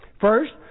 First